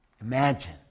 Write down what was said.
Imagine